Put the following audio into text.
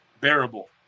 bearable